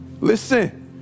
Listen